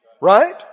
right